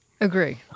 Agree